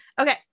Okay